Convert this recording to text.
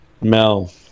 Mel